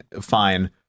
fine